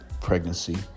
pregnancy